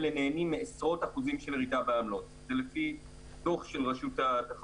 ויש פה עבודה משותפת שלנו עם הפיקוח על הבנקים,